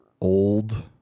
old